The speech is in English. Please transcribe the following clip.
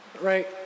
Right